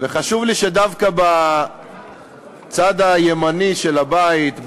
וחשוב לי שדווקא בצד הימני של הבית,